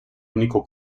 único